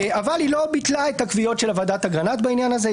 אבל היא לא ביטלה את הקביעות של ועדת אגרנט בעניין הזה,